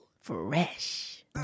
Fresh